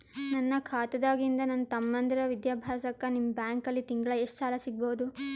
ನನ್ನ ಖಾತಾದಾಗಿಂದ ನನ್ನ ತಮ್ಮಂದಿರ ವಿದ್ಯಾಭ್ಯಾಸಕ್ಕ ನಿಮ್ಮ ಬ್ಯಾಂಕಲ್ಲಿ ತಿಂಗಳ ಎಷ್ಟು ಸಾಲ ಸಿಗಬಹುದು?